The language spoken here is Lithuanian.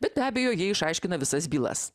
bet be abejo jie išaiškina visas bylas